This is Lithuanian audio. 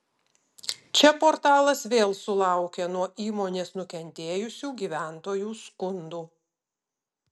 čia portalas vėl sulaukė nuo įmonės nukentėjusių gyventojų skundų